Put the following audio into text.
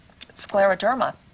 scleroderma